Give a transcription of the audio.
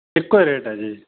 ਇੱਕੋ ਰੇਟ ਹੈ ਜੀ